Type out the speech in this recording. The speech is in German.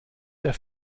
der